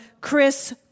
Chris